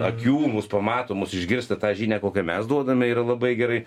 akių mus pamato mus išgirsta tą žinią kokią mes duodame yra labai gerai